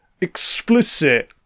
Explicit